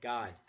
God